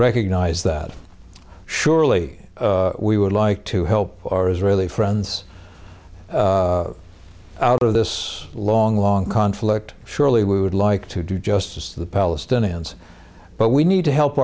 recognize that surely we would like to help our israeli friends out of this long long conflict surely we would like to do justice to the palestinians but we need to help